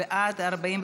להעביר לוועדה את